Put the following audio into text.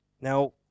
Now